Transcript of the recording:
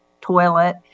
toilet